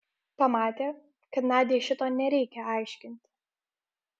pamatė kad nadiai šito nereikia aiškinti